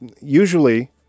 usually